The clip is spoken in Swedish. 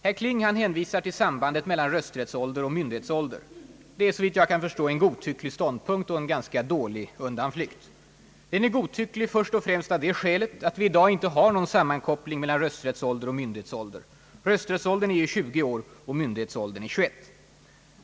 Herr Kling hänvisar till sambandet mellan rösträttsåldern och myndighetsåldern. Det är, såvitt jag kan förstå, en godtycklig ståndpunkt och en ganska dålig undanflykt. Den är godtycklig först och främst av det skälet att vi i dag inte har någon sammankoppling mellan rösträttsålder och myndighetsålder. Rösträttsåldern är ju 20 år och myndighetsåldern är 21.